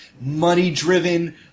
money-driven